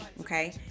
Okay